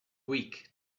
weak